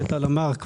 כמו שטל אמר,